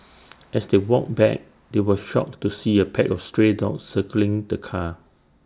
as they walked back they were shocked to see A pack of stray dogs circling the car